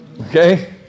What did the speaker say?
Okay